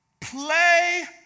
Play